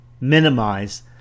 minimize